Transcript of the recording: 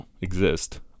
exist